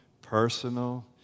personal